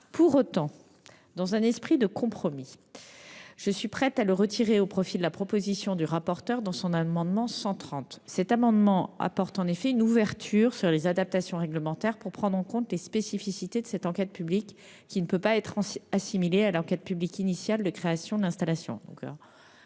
Pour autant, dans un esprit de compromis, je suis disposée à le retirer au profit de la proposition du rapporteur contenue dans l'amendement n° 130, lequel tend à apporter une ouverture sur les adaptations réglementaires pour prendre en compte les spécificités de cette enquête publique de prolongation, qui ne saurait être assimilée à l'enquête publique initiale de création d'installation.